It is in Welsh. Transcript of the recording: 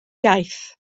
iaith